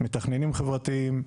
מתכננים חברתיים,